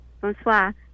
Bonsoir